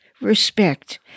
respect